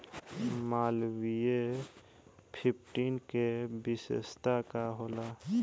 Malviya fifteen के विशेषता का होला?